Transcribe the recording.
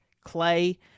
Clay